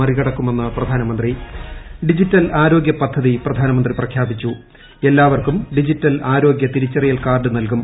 മറികടക്കുമെന്ന് പ്രധാനമ്പ്ത് ഡിജിറ്റൽ ആരോഗൃ പദ്ധതി പ്രധാനമന്ത്രി പ്രഖ്യാപ്പിച്ചു എല്ലാവർക്കും ഡിജിറ്റൽ ആരോഗൃ തിരിച്ചറിയ്ക്കാർഡ് നൽകും